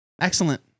Excellent